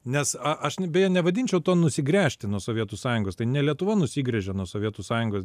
nes a aš beje nevadinčiau to nusigręžti nuo sovietų sąjungos tai ne lietuva nusigręžė nuo sovietų sąjungos